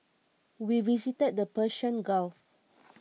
we visited the Persian Gulf